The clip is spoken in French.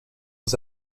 aux